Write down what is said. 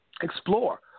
explore